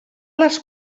les